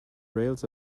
rails